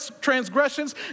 transgressions